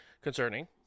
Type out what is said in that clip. Concerning